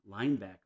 linebacker